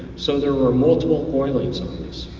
so there were multiple oiling zones.